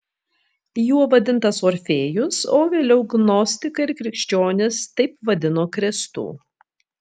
juo vadintas orfėjus o vėliau gnostikai ir krikščionys taip vadino kristų